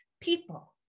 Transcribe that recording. people